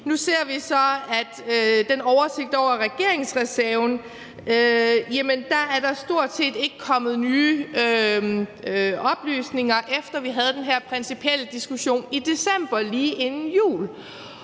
Nu ser vi så, at der til den oversigt over regeringsreserven stort set ikke er kommet nye oplysninger, efter at vi havde den her principielle diskussion i december lige inden jul.